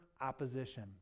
opposition